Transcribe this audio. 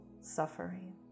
suffering